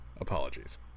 apologies